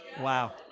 Wow